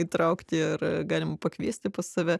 įtraukti ir galima pakviesti pas save